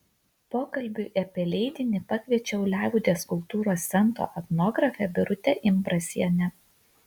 pokalbiui apie leidinį pakviečiau liaudies kultūros centro etnografę birutę imbrasienę